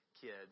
kids